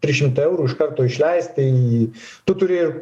trys šimtai eurų iš karto išleist tai tu turi